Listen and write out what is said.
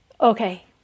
okay